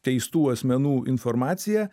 teistų asmenų informacija